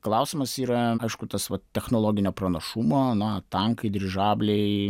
klausimas yra aišku tas va technologinio pranašumo na tankai dirižabliai